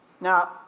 Now